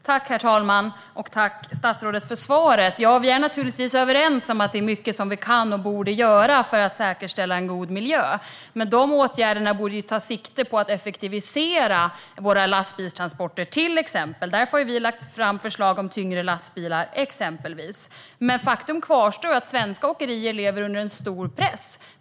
Herr talman! Tack, statsrådet, för svaret! Vi är naturligtvis överens om att det är mycket som vi kan och borde göra för att säkerställa en god miljö. Men de åtgärderna borde ta sikte på att effektivisera till exempel våra lastbilstransporter. Därför har vi lagt fram förslag om exempelvis tyngre lastbilar. Men faktum kvarstår att svenska åkerier lever under stor press.